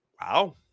Wow